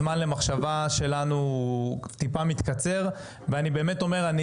הזמן למחשבה שלנו הוא טיפה מתקצר ואני באמת אומר,